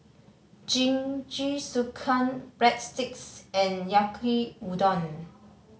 Jingisukan Breadsticks and Yaki Udon